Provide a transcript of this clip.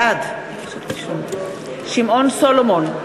בעד שמעון סולומון,